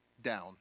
down